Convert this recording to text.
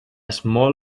small